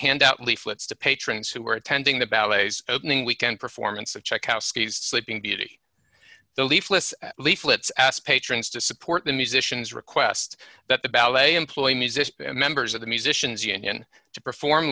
hand out leaflets to patrons who are attending the ballets opening weekend performance of check out skis sleeping beauty the leafless leaflets asked patrons to support the musicians request that the ballet employ musicians and members of the musicians union to perform